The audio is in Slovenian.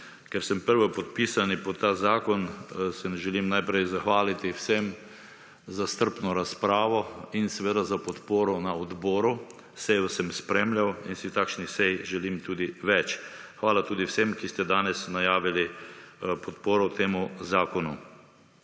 Ker sem prvopodpisani pod ta zakon, se želim najprej zahvaliti vsem za strpno razpravo in seveda za podporo na odboru. Sejo sem spremljal in si takšnih sej želim tudi več. Hvala tudi vsem, ki ste danes najavili podporo temu zakonu.